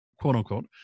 quote-unquote